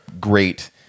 great